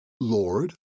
Lord